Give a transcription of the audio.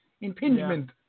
impingement